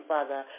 Father